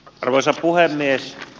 arvoisa puhemies